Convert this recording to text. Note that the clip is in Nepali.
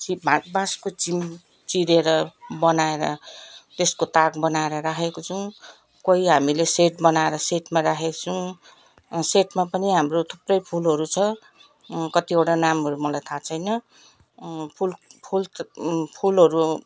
चिप भए बाँसको चिम चिरेर बनाएर त्यसको ताक बनाएर राखेको छौँ कोही हामीले सेट बनाएर सेटमा राखेको छौँ सेटमा पनि हाम्रो थुप्रै फुलहरू छ कतिवटा नामहरू मलाई थाहा छैन फुल फुल फुलहरू